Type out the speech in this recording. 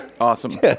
awesome